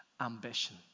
ambition